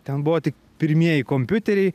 ten buvo tik pirmieji kompiuteriai